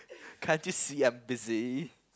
can't you see I'm busy